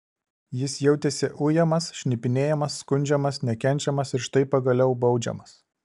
jis jautėsi ujamas šnipinėjamas skundžiamas nekenčiamas ir štai pagaliau baudžiamas